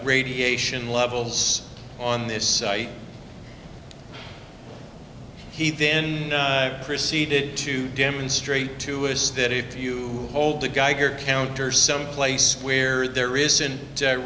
radiation levels on this site he then proceeded to demonstrate two is that if you hold a geiger counter someplace where there isn't